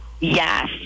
Yes